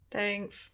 Thanks